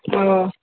ஓ